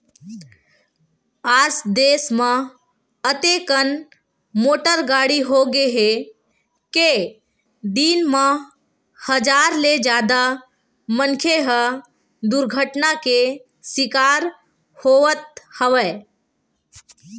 आज देस म अतेकन मोटर गाड़ी होगे हे के दिन म हजार ले जादा मनखे ह दुरघटना के सिकार होवत हवय